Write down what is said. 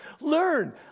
Learn